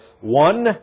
one